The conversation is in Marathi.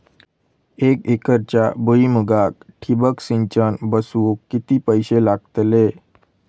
एक एकरच्या भुईमुगाक ठिबक सिंचन बसवूक किती पैशे लागतले?